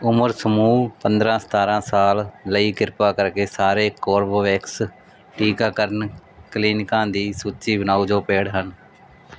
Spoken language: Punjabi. ਉਮਰ ਸਮੂਹ ਪੰਦਰ੍ਹਾਂ ਸਤਾਰ੍ਹਾਂ ਸਾਲ ਲਈ ਕਿਰਪਾ ਕਰਕੇ ਸਾਰੇ ਕੋਰਬੇਵੈਕਸ ਟੀਕਾਕਰਨ ਕਲੀਨਿਕਾਂ ਦੀ ਸੂਚੀ ਬਣਾਓ ਜੋ ਪੇਡ ਹਨ